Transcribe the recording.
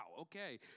Okay